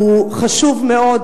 הוא חשוב מאוד,